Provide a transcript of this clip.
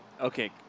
Okay